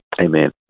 Amen